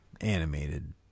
Animated